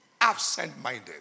absent-minded